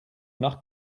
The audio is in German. nach